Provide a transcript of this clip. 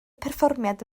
perfformiad